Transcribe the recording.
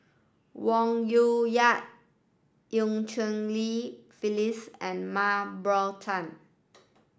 Wong Yoon Wah Eu Cheng Li Phyllis and Mah Bow Tan